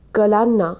कलांना